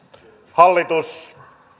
hallitus